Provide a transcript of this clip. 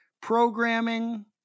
programming